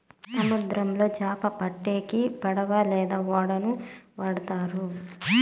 సముద్రంలో చాపలు పట్టేకి పడవ లేదా ఓడలను వాడుతారు